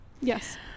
Yes